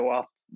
att